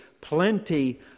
plenty